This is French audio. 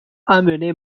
amener